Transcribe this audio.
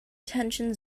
detention